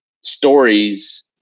stories